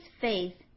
faith